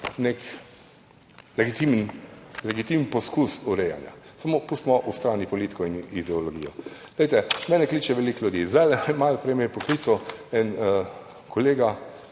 nek legitimen poskus urejanja, samo pustimo ob strani politiko in ideologijo. Mene kliče veliko ljudi. Malo prej me je poklical en kolega,